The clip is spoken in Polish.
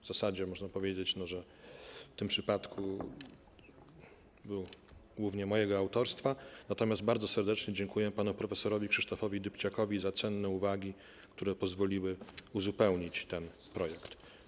W zasadzie można powiedzieć, że był głównie mojego autorstwa, natomiast bardzo serdecznie dziękuję panu prof. Krzysztofowi Dybciakowi za cenne uwagi, które pozwoliły uzupełnić ten projekt.